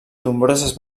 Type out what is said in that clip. nombroses